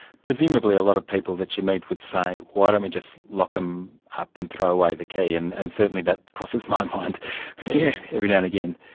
presumably a lot of people that you meet would say, why don't we just lock them up and throw away the key? and and certainly that crosses my mind every now and again.